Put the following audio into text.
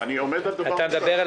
יש